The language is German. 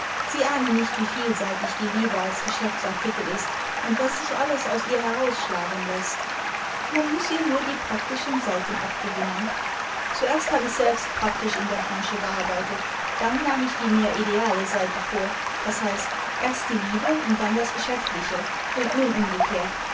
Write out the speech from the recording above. sie ahnen nicht wie vielseitig die liebe als geschäftsartikel ist imd was sich alles aus uir herausschlagen läßt man muß ihr nur die praktischen seiten abgewinnen zuerst habe ich selbst praktisch in der branche gearbeitet dann nahm ich die mehr ideale seite vor das heißt erst die liebe und dann das geschäftliche und nun umgekehrt